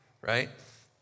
right